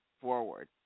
forward